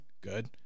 Good